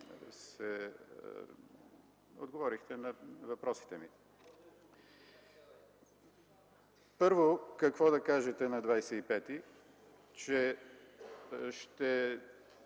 който отговорихте на въпросите ми. Първо, какво да кажете на 25-и, че ще